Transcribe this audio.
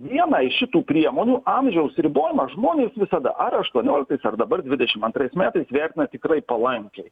vieną iš šitų priemonių amžiaus ribojimą žmonės visada ar aštuonioliktais ar dabar dvidešim antrais metais vertina tikrai palankiai